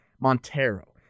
Montero